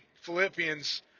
Philippians